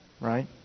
Right